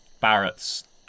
Barrett's